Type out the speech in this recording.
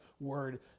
Word